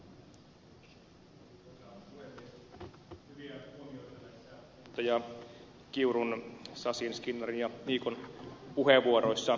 hyviä huomioita näissä edustaja kiurun sasin skinnarin ja niikon puheenvuoroissa